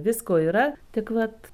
visko yra tik vat